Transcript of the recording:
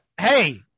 Hey